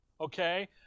Okay